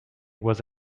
was